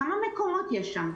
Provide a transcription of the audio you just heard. כמה מקומות יש שם?